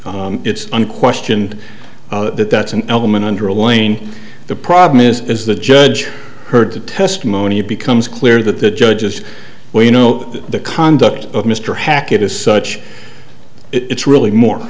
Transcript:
it's unquestioned that that's an element under alain the problem is is the judge heard the testimony it becomes clear that the judges well you know the conduct of mr hackett is such it's really more